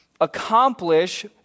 accomplish